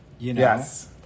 Yes